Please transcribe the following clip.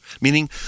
Meaning